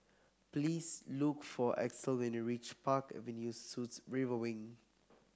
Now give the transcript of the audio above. please look for Axel when you reach Park Avenue Suites River Wing